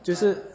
就是